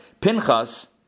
Pinchas